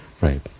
right